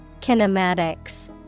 Kinematics